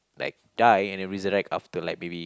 like die and then resurrect after like maybe